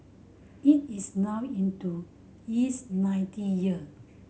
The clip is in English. it is now into its ninth year